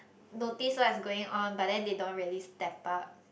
notice what's going on but then they don't really step up